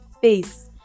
face